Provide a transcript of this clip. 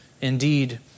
indeed